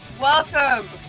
Welcome